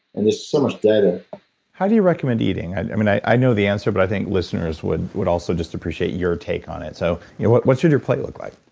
and there's so much data how do you recommend eating? and and i know the answer, but i think listeners would would also just appreciate your take on it. so what what should your plate look like?